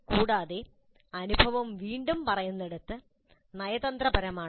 കൂടാതെ അനുഭവം വീണ്ടും പറയുന്നത് നയതന്ത്രപരമാണ്